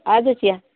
आजच या